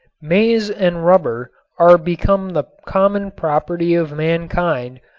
maize and rubber are become the common property of mankind,